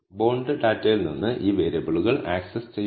bond ഡാറ്റയിൽ നിന്ന് ഈ വേരിയബിളുകൾ ആക്സസ് ചെയ്യുക